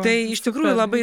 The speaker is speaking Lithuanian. tai iš tikrųjų labai